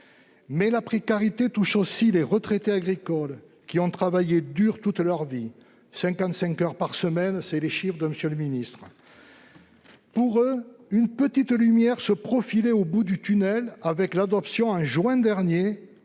La précarité touche aussi les retraités agricoles, qui ont travaillé dur toute leur vie, 55 heures par semaine, selon vos chiffres, monsieur le ministre. Pour eux, une petite lumière se profilait au bout du tunnel avec l'adoption au mois de